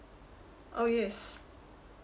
oh yes